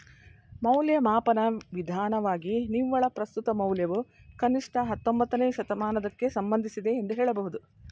ಮೌಲ್ಯಮಾಪನ ವಿಧಾನವಾಗಿ ನಿವ್ವಳ ಪ್ರಸ್ತುತ ಮೌಲ್ಯವು ಕನಿಷ್ಠ ಹತ್ತೊಂಬತ್ತನೇ ಶತಮಾನದಕ್ಕೆ ಸಂಬಂಧಿಸಿದೆ ಎಂದು ಹೇಳಬಹುದು